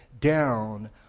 down